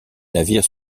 navires